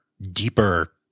deeper